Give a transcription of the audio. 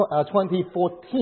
2014